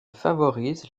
favorise